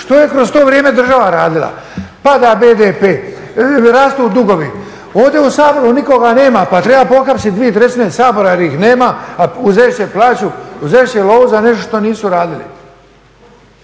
Što je kroz to vrijeme država radila? Pada BDP, rastu dugovi, ovdje u Saboru nikoga nema pa treba pohapsiti dvije trećine Sabor jel ih nema, a uzet će plaću uzet će lovu za nešto što nisu radili.